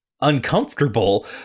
uncomfortable